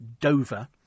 Dover